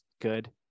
good